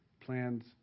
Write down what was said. Plans